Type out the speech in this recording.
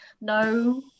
no